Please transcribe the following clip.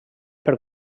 per